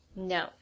No